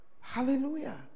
Hallelujah